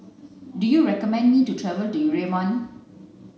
do you recommend me to travel to Yerevan